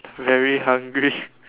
very hungry